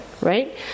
right